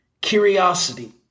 Curiosity